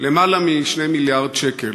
יותר מ-2 מיליארד שקל,